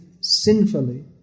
sinfully